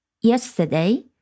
yesterday